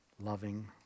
loving